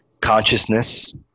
consciousness